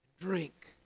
Drink